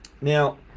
now